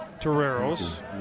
Toreros